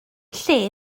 lle